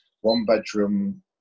one-bedroom